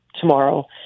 tomorrow